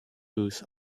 booth